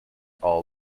all